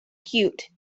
cute